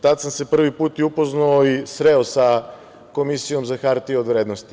Tada sam se prvi put upoznao i sreo sa Komisijom za hartije od vrednosti.